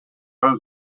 how